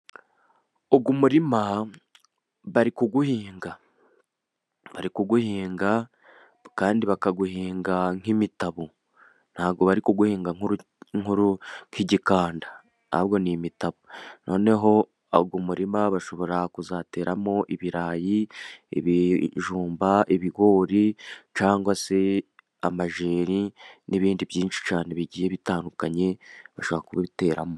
Uyu umurima bari kuwuhinga, bari kuwuhinga, kandi bakawuhinga nk'imitabo, ntawo bari guwuhinga nk'igikanda, ahubwo ni imitabo, noneho umurima bashobora kuzateramo ibirayi, ibijumba, ibigori, cyangwa se amajeri, n'ibindi byinshi cyane bigiye bitandukanye, bashobora kubiteramo.